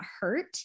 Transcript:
hurt